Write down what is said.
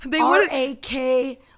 R-A-K